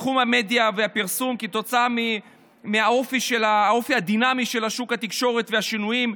בתחום המדיה והפרסום כתוצאה מהאופי הדינמי של שוק התקשורת והשינויים.